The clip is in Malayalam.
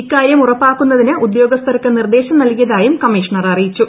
ഇക്കാരൃം ഉറപ്പാക്കുന്നതിന് ഉദ്യോഗസഥർക്ക് നിർദ്ദേശം നൽകിയതായും കമ്മീഷണർ അറിയിച്ചു